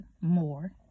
more